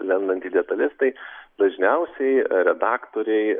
lendant į detales tai dažniausiai redaktoriai